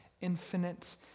infinite